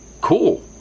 Cool